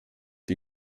die